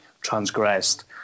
transgressed